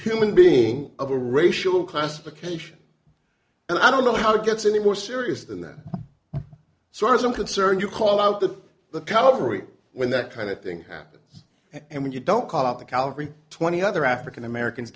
human being of a racial classification and i don't know how it gets any more serious than that so far as i'm concerned you call out to the calvary when that kind of thing happens and when you don't call up the calvary twenty other african americans